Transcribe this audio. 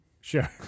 Sure